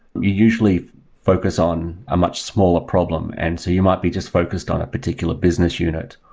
you usually focus on a much smaller problem. and so you might be just focused on a particular business unit,